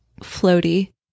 floaty